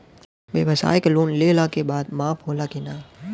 ब्यवसाय के लोन लेहला के बाद माफ़ होला की ना?